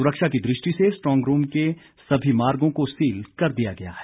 सुरक्षा की दृष्टि से स्ट्रॉन्ग रूम के सभी मार्गों को सील कर दिया गया है